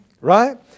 Right